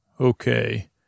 Okay